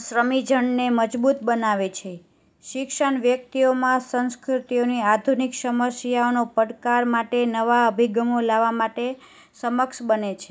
શ્રમી જણને મજબૂત બનાવે છે શિક્ષણ વ્યક્તિઓમાં સંસ્કૃતિઓની આધુનિક સમસ્યાઓનો પડકાર માટે નવા અભિગમો લાવવા માટે સક્ષમ બને છે